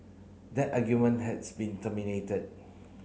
that argument has been terminated